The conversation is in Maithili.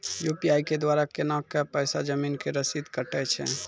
यु.पी.आई के द्वारा केना कऽ पैसा जमीन के रसीद कटैय छै?